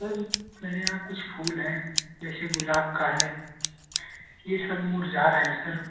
sir मेरे यहाँ कुछ फूल हैं जैसे गुलाब का है ये सब मुरझा रहे हैं सर